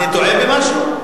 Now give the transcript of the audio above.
אני טועה במשהו?